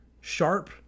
Sharp